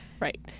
Right